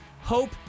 Hope